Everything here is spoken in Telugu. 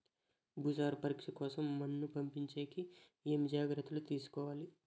భూసార పరీక్ష కోసం మన్ను పంపించేకి ఏమి జాగ్రత్తలు తీసుకోవాలి?